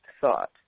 thought